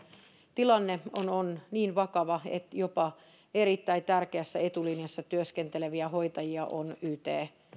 tilanne on on niin vakava että jopa erittäin tärkeässä etulinjassa työskenteleviä hoitajia on yt